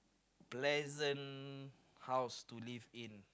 present house to live in